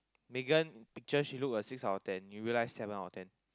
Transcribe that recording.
Megan picture she look a six out of ten in real life seven out of ten